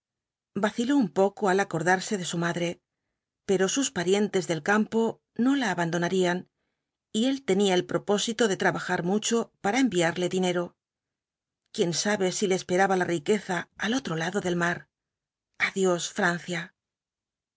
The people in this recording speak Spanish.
vaciló un poco al acordarse de su madre pero sus parientes del campo no la abandonarían y él tenía el propósito de trabajar mucho para enviarle dinero quién sabe si le esperaba la riqueza al otro lado del mar adiós francia